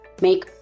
make